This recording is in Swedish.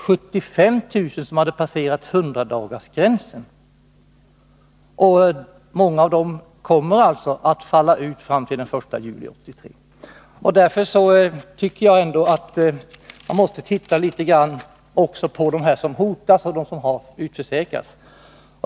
75 000 hade passerat 100-dagarsgränsen, och många av dem kommer alltså att falla ut fram till den 1 juli 1983. Jag tycker att man måste titta litet grand också på dem som hotas och dem som har utförsäkrats.